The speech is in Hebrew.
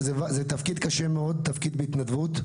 זה תפקיד קשה מאוד, בהתנדבות.